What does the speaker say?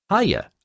Hiya